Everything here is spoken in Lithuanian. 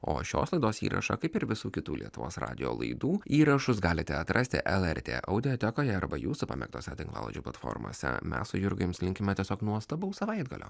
o šios laidos įrašą kaip ir visų kitų lietuvos radijo laidų įrašus galite atrasti lrt audiotekoje arba jūsų pamėgtose tinklalaidžių platformose mes su jurga jums linkime tiesiog nuostabaus savaitgalio